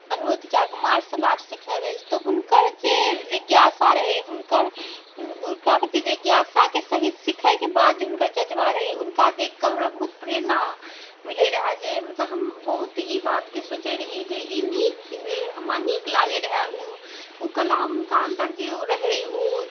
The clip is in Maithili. अनुरोध कऽ कऽ मार्शल आर्ट सिखने रहै तऽ हुनकर जे जिज्ञासा रहै हुनकर हुनका प्रति जिज्ञासाके सही सिखैके बाद जे हुनकर जज्बा रहै हुनका देखिकऽ हमरा बहुत प्रेरणा मिलै रहै जे मतलब हम बहुत ई बातके सोचै रही हमरा नीक लागै रहै ओ ओ कला हुनका अन्दर जे रहै ओ